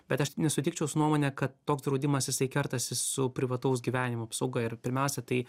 bet aš nesutikčiau su nuomone kad toks draudimas jisai kertasi su privataus gyvenimo apsauga ir pirmiausia tai